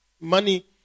money